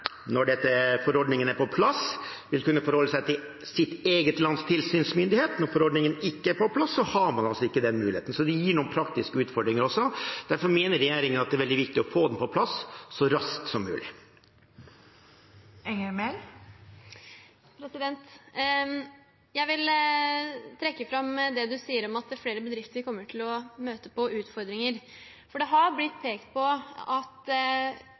forordningen er på plass, vil bedriftene kunne forholde seg til sitt eget lands tilsynsmyndighet, og når forordningen ikke er på plass, har man altså ikke den muligheten. Så det gir også noen praktiske utfordringer, og derfor mener regjeringen at det er veldig viktig å få den på plass så raskt som mulig. Jeg vil trekke fram det du sier om at flere bedrifter kommer til å møte utfordringer, for det har blitt pekt på at